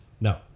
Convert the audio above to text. No